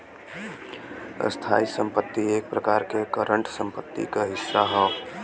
स्थायी संपत्ति एक प्रकार से करंट संपत्ति क ही हिस्सा हौ